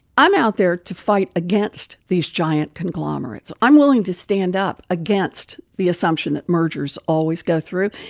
i'm out there to fight against these giant conglomerates. i'm willing to stand up against the assumption that mergers always go through.